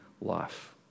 life